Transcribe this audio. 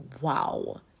wow